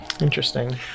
Interesting